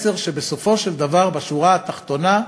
מסר שבסופו של דבר, בשורה התחתונה,